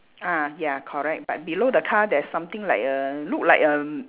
ah ya correct but below the car there's something like a look like a